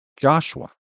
Joshua